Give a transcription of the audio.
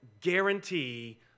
guarantee